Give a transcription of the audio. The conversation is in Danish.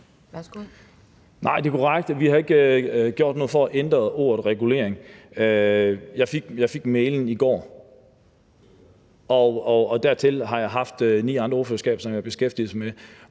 Nej, det er korrekt, at vi ikke har gjort noget for at ændre ordet regulering. Jeg fik mailen i går, og dertil har jeg haft ni andre ordførerskaber, som jeg har beskæftiget mig med,